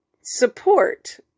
support